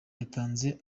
yatanze